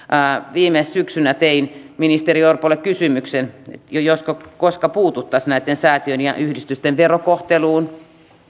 viime syksynä tein ministeri orpolle kysymyksen koska puututtaisiin näitten säätiöiden ja yhdistysten verokohteluun